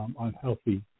unhealthy